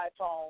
iPhone